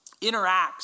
interacts